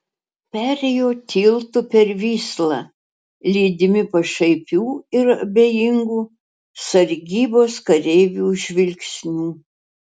perėjo tiltu per vyslą lydimi pašaipių ir abejingų sargybos kareivių žvilgsnių